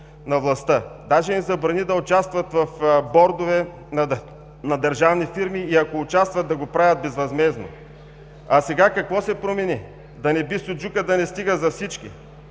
на властта. Даже им забрани да участват в бордове на държавни фирми и ако участват, да го правят безвъзмездно. Сега какво се промени? Да не би суджукът да не стига за всички?